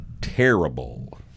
terrible